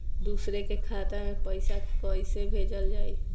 दूसरे के खाता में पइसा केइसे भेजल जाइ?